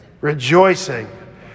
Rejoicing